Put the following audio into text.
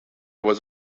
was